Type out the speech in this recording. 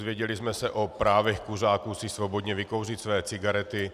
Dozvěděli jsme se o právech kuřáků si svobodně vykouřit své cigarety.